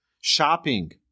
Shopping